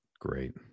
Great